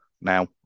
now